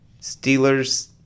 Steelers